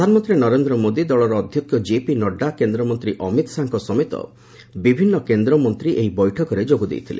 ପ୍ରଧାନମନ୍ତ୍ରୀ ନରେନ୍ଦ ମୋଦି ଦଳର ଅଧ୍ୟକ୍ଷ ଜେପି ନଡ୍ରା କେନ୍ଦ୍ରମନ୍ତ୍ରୀ ଅମିତ ଶାହାଙ୍କ ସମେତ ବିଭିନ୍ନ କେନ୍ଦ୍ରମନ୍ତ୍ରୀ ଏହି ବୈଠକରେ ଯୋଗଦେଇଥିଲେ